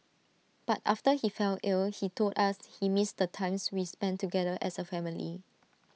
but after he fell ill he told us he missed the times we spent together as A family